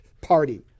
Party